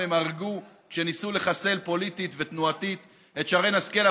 הם הרגו כשניסו לחסל פוליטית ותנועתית את שרן השכל,